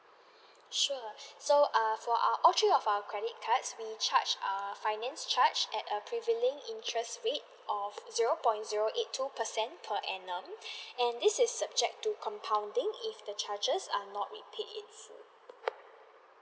sure so uh for our all three of our credit cards we'll charge uh finance charge at a prevailing interest rate of zero point zero eight two percent per annum and this is subject to compounding if the charges are not repaid in full